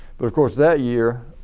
but of course that year,